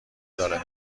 داره